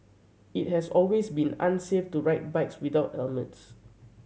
it has always been unsafe to ride bikes without helmets